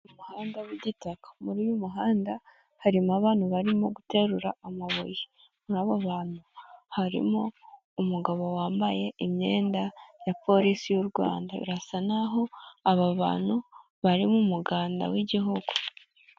Mu muhanda w'igitaka, muri uyu muhanda harimo abantu barimo guterura amabuye, muri abo bantu harimo umugabo wambaye imyenda ya Polisi y'u Rwanda, birasa n'aho aba bantu bari mu muganda w'Igihugu.